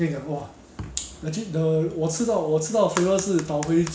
那个是 ice cream 的 savoury 的 eh 咸咸的 ice